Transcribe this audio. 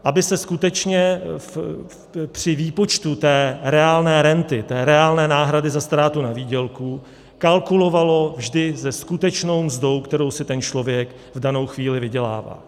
Aby se skutečně při výpočtu té reálné renty, té reálné náhrady za ztrátu na výdělku, kalkulovalo vždy se skutečnou mzdou, kterou si ten člověk v danou chvíli vydělává.